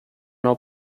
now